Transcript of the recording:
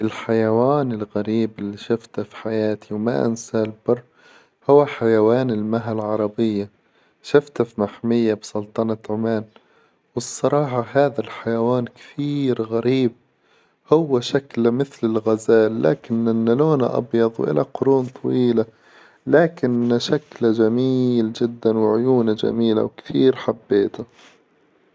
الحيوان الغريب إللي شفته في حياتي وما أنسى البر هو حيوان المها العربية، شفته في محمية بسلطنة عمان، والصراحة هذا الحيوان كثير غريب هو شكله مثل الغزال، لكن إن، لونه أبيظ وإله قرون طويلة، لكن شكله جميل جدا، وعيونه جميلة وكثير حبيته.